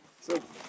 so